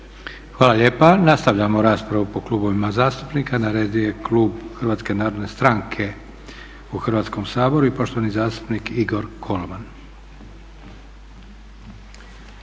Hvala lijepa. Nastavljamo raspravu po klubovima zastupnika. Na redu je klub HNS-a u Hrvatskom saboru i poštovani zastupnik Igor Kolman.